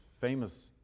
famous